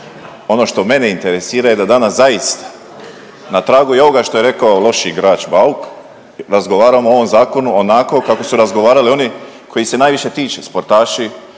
ono što mene interesira je da danas zaista na tragu i ovoga što je rekao loši igrač Bauk, razgovaramo o ovom Zakonu onako kako su razgovarali oni kojih se najviše tiče, sportaši,